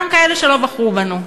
גם כאלה שלא בחרו בנו,